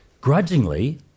grudgingly